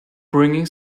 bringing